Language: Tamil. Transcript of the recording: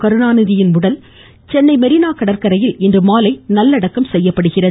கருணாநிதியின் உடல் சென்னை மெரீனா கடற்கரையில் இன்று மாலை நல்லடக்கம் செய்யப்படுகிறது